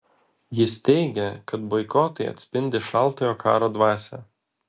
jis teigė kad boikotai atspindi šaltojo karo dvasią